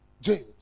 James